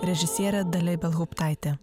režisierė dalia ibelhauptaitė